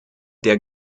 der